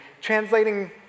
translating